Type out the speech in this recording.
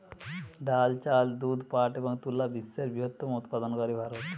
ডাল, চাল, দুধ, পাট এবং তুলা বিশ্বের বৃহত্তম উৎপাদনকারী ভারত